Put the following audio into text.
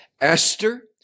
Esther